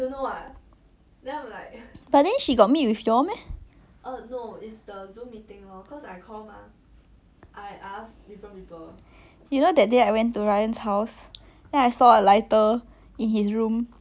you know that day I went to ryan's house then I saw a lighter in his room then he just puts some other stuff on top of it I think maybe he think I never see then I was like okay never mind let's not ask him about it